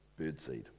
birdseed